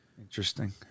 Interesting